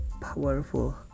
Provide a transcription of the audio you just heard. powerful